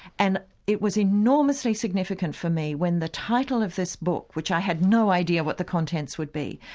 and it was enormously significant for me when the title of this book, which i had no idea what the contents would be,